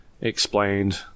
explained